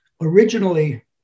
originally